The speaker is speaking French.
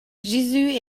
jésus